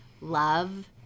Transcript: love